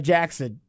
Jackson